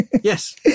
yes